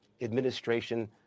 administration